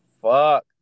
fuck